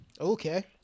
Okay